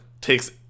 takes